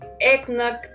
eggnog